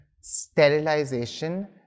sterilization